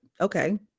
okay